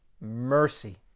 mercy